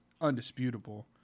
undisputable